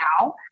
now